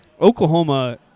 Oklahoma